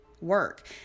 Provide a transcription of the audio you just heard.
work